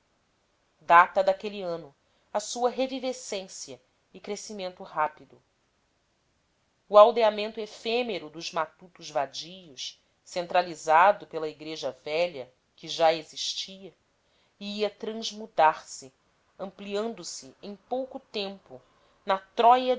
data daquele ano a sua revivescência e crescimento rápido